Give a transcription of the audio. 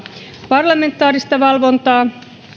parlamentaarista valvontaa